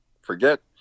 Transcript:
forget